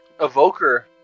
Evoker